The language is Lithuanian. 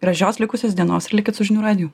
gražios likusios dienos likit su žinių radiju